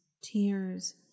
tears